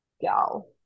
go